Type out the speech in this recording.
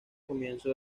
comienzo